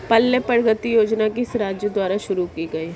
पल्ले प्रगति योजना किस राज्य द्वारा शुरू की गई है?